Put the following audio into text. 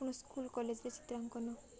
ଆପଣ ସ୍କୁଲ୍ କଲେଜ୍ରେ ଚିତ୍ରାଙ୍କନ